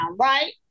right